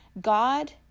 God